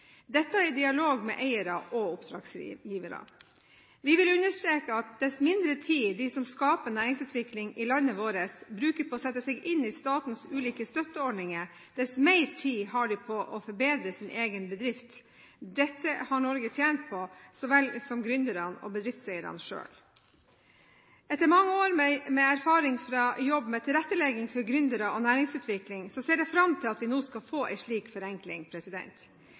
dette i dialog med eiere og oppdragsgivere. Vi vil understreke at dess mindre tid de som skaper næringsutvikling i landet vårt, bruker på å sette seg inn i statens ulike støtteordninger, dess mer tid har de til å forbedre sin egen bedrift. Dette har Norge tjent på, så vel som gründerne og bedriftseierne selv. Etter mange år med erfaring fra jobb med tilrettelegging for gründere og næringsutvikling, ser jeg fram til at vi nå skal få en slik forenkling.